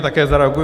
Také zareaguji.